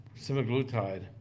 semaglutide